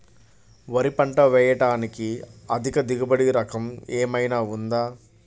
వరి పంట వేయటానికి అధిక దిగుబడి రకం ఏమయినా ఉందా?